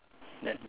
then